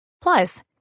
Plus